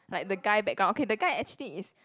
like the guy background okay the guy actually is